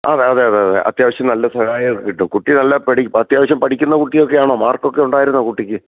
അതെ അതെ അതെ അത്യാവശ്യം നല്ല സഹായം ഒക്കെ കിട്ടും കുട്ടി നല്ല പഠി അത്യാവശ്യം പഠിക്കുന്ന കുട്ടിയൊക്കെ ആണോ മാർക്കൊക്കെ ഉണ്ടായിരുന്നോ കുട്ടിക്ക്